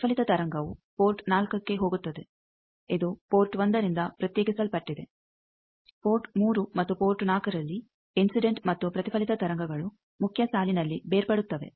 ಪ್ರತಿಫಲಿತ ತರಂಗವು ಪೋರ್ಟ್ 4ಕ್ಕೆ ಹೋಗುತ್ತದೆ ಇದು ಪೋರ್ಟ್ 1ರಿಂದ ಪ್ರತ್ಯೇಕಿಸಲ್ಪಟ್ಟಿದೆ ಪೋರ್ಟ್ 3 ಮತ್ತು ಪೋರ್ಟ್ 4ನಲ್ಲಿ ಇನ್ಸಿಡೆಂಟ್ ಮತ್ತು ಪ್ರತಿಫಲಿತ ತರಂಗಗಳು ಮುಖ್ಯ ಸಾಲಿನಲ್ಲಿ ಬೇರ್ಪಡುತ್ತವೆ